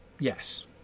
Yes